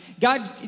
God